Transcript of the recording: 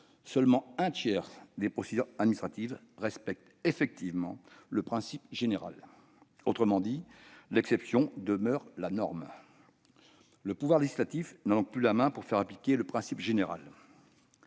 seulement un tiers des procédures administratives respecte le principe général. En d'autres termes, l'exception demeure la norme et le pouvoir législatif n'a plus la main pour faire appliquer le principe général.